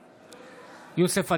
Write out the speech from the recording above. בעד יוסף עטאונה,